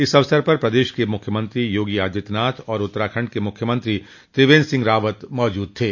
इस अवसर पर प्रदेश के मुख्यमंत्री योगी आदित्यनाथ और उत्तराखंड के मुख्यमंत्री त्रिवेंद्र सिंह रावत मौजूद थे